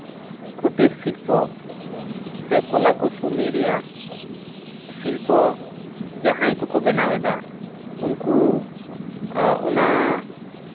ᱠᱩᱴᱤᱨ ᱥᱤᱞᱯᱚ ᱥᱮ ᱠᱳᱞᱟ ᱠᱳᱣᱥᱚᱞᱤ ᱨᱮᱭᱟᱜ ᱥᱤᱞᱯᱚ ᱡᱟᱦᱟᱸᱭ ᱠᱚᱠᱚ ᱵᱮᱱᱟᱣᱮᱫᱟ ᱩᱱᱠᱩ ᱚᱱᱟ